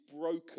broken